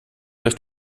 durch